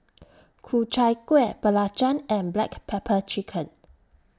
Ku Chai Kuih Belacan and Black Pepper Chicken